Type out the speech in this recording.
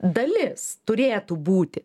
dalis turėtų būti